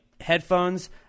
headphones